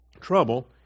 trouble